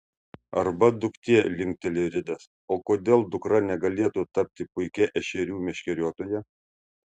arba duktė linkteli ridas o kodėl dukra negalėtų tapti puikia ešerių meškeriotoja